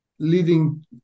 leading